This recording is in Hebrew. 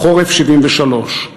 "חורף 73'",